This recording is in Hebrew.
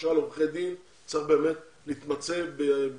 למשל עורכי דין, צריך לעשות התאמה.